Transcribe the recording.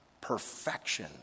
perfection